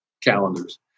calendars